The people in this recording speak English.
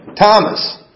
Thomas